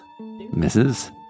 Mrs